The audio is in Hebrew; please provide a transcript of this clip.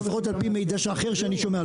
או לפחות על פי מידע אחר שאני שומע,